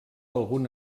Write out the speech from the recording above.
algun